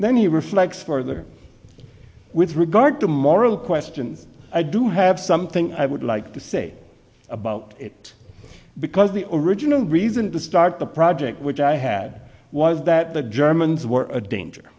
he reflects further with regard to moral questions i do have something i would like to say about it because the original reason to start the project which i had was that the germans were a danger